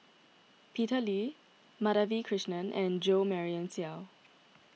Peter Lee Madhavi Krishnan and Jo Marion Seow